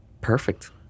Perfect